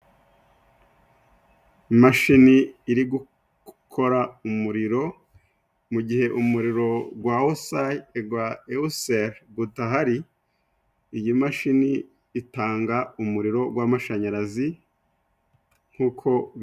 Imashini iri gukora umuriro mu gihe umuriro gwa osayi gwa ewuseri gutahari iyi mashini itanga umuriro w'amashanyarazi nkuko.